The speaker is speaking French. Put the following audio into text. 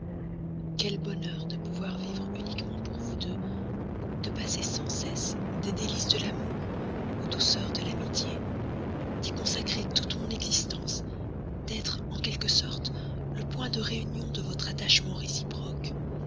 quel bonheur de pouvoir vivre uniquement pour vous deux de passer sans cesse des délices de l'amour aux douceurs de l'amitié d'y consacrer toute mon existence d'être en quelque sorte le point de réunion de votre attachement réciproque